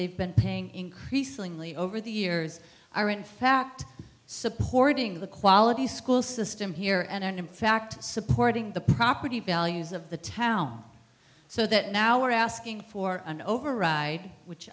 they've been paying increasingly over the years are in fact supporting the quality school system here and in fact supporting the property values of the town so that now we're asking for an override which